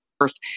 first